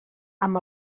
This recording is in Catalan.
amb